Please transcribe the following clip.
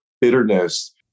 Bitterness